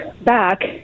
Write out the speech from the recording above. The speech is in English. back